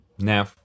Now